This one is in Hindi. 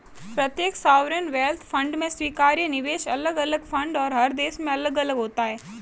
प्रत्येक सॉवरेन वेल्थ फंड में स्वीकार्य निवेश अलग अलग फंड और हर देश में अलग अलग होते हैं